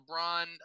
LeBron